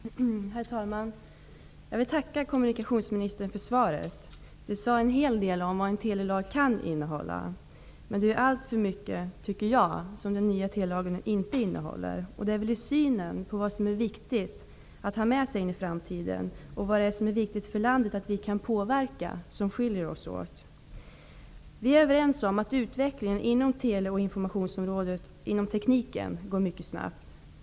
Herr talman! Jag vill tacka kommunikationsministern för svaret. Det sade en hel del om vad en telelag kan innehålla. Men jag tycker att det är alltför mycket som den nya telelagen inte innehåller. Det som skiljer oss åt är synen på vad som är viktigt att ha med sig in i framtiden och vad som är viktigt för landet att vi kan påverka. Vi är överens om att den tekniska utvecklingen inom tele och informationsområdet går mycket snabbt.